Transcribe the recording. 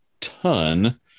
ton